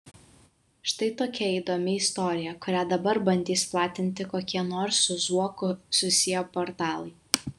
štai tokia įdomi istorija kurią dabar bandys platinti kokie nors su zuoku susiję portalai